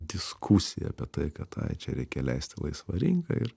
diskusija apie tai kad ai čia reikia leisti laisvą rinką ir